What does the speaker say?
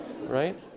Right